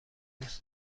دوست